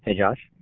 ah josh?